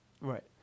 right